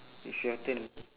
it's your turn